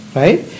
right